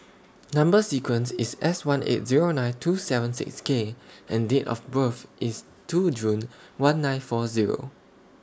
Number sequence IS S one eight Zero nine two seven six K and Date of birth IS two June one nine four Zero